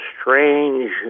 strange